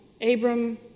Abram